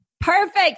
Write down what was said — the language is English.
Perfect